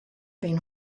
been